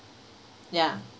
ya